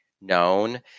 known